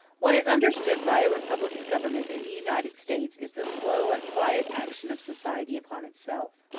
what is understood by a republican government in the united states is the slow and quiet action of society upon itself.